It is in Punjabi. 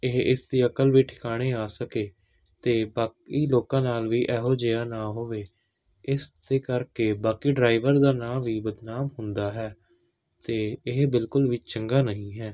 ਇਹ ਇਸ ਦੀ ਅਕਲ ਵੀ ਟਿਕਾਣੇ ਆ ਸਕੇ ਅਤੇ ਬਾਕੀ ਲੋਕਾਂ ਨਾਲ ਵੀ ਇਹੋ ਜਿਹਾ ਨਾ ਹੋਵੇ ਇਸ ਦੇ ਕਰਕੇ ਬਾਕੀ ਡਰਾਈਵਰ ਦਾ ਨਾਂ ਵੀ ਬਦਨਾਮ ਹੁੰਦਾ ਹੈ ਅਤੇ ਇਹ ਬਿਲਕੁਲ ਵੀ ਚੰਗਾ ਨਹੀਂ ਹੈ